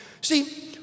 See